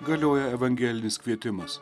galioja evangelinis kvietimas